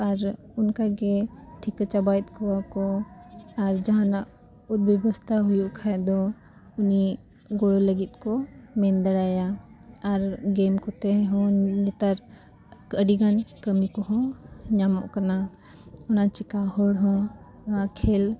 ᱟᱨ ᱚᱱᱠᱟᱜᱮ ᱴᱷᱤᱠᱟᱹ ᱪᱟᱵᱟᱭᱮᱫ ᱠᱚᱣᱟ ᱠᱚ ᱟᱨ ᱡᱟᱦᱟᱱᱟᱜ ᱩᱫᱽᱵᱮᱵᱚᱥᱛᱟ ᱦᱩᱭᱩᱜ ᱠᱷᱟᱱᱫᱚ ᱩᱱᱤ ᱜᱚᱲᱚ ᱞᱟᱹᱜᱤᱫ ᱠᱚ ᱢᱮᱱ ᱫᱟᱲᱮᱣᱟᱭᱟ ᱟᱨ ᱜᱮᱢ ᱠᱚᱛᱮ ᱦᱚᱸ ᱱᱮᱛᱟᱨ ᱟᱹᱰᱤ ᱜᱟᱱ ᱠᱟᱹᱢᱤ ᱠᱚᱦᱚᱸ ᱧᱟᱢᱚᱜ ᱠᱟᱱᱟ ᱚᱱᱟ ᱪᱤᱠᱟᱹ ᱦᱚᱲ ᱦᱚᱸ ᱱᱚᱣᱟ ᱠᱷᱮᱞ